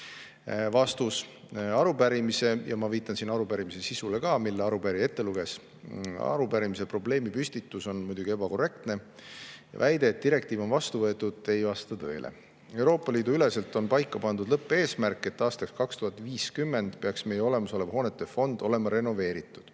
Vastus. Arupärimise – ja ma viitan siin arupärimise sisule ka, mille arupärija ette luges – probleemipüstitus on muidugi ebakorrektne. Väide, et direktiiv on vastu võetud, ei vasta tõele. Euroopa Liidu üleselt on paika pandud lõppeesmärk, et aastaks 2050 peaks meie olemasolev hoonete fond olema renoveeritud.